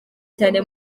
cyane